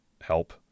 help